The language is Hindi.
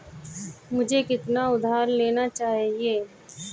मुझे कितना उधार लेना चाहिए?